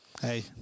Hey